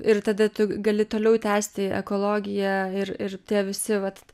ir tada tu gali toliau tęsti ekologiją ir ir tie visi vat